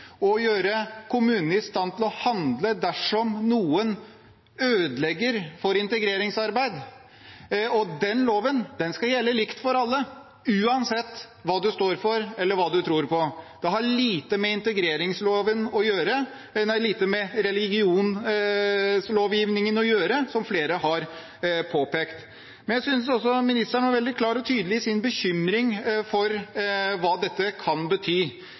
og gjøre kommunene i stand til å handle dersom noen ødelegger for integreringsarbeidet. Den loven skal gjelde likt for alle, uansett hva man står for, eller hva man tror på. Det har lite med religionslovgivningen å gjøre, som flere har påpekt. Jeg synes også ministeren var veldig klar og tydelig i sin bekymring for hva dette kan bety.